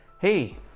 Hey